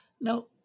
Now